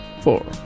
four